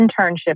internship